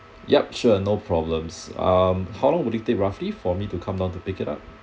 yup sure no problems um how long will it take roughly for me to come down to pick it up